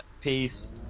Peace